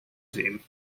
team